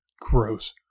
Gross